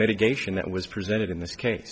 mitigation that was presented in this case